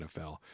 NFL